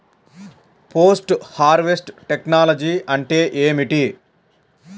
Post harvest technology అంటే ఏమిటి?